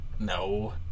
No